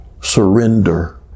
surrender